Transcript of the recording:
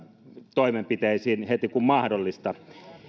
toimenpiteisiin heti kun mahdollista